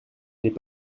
n’est